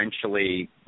essentially